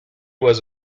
was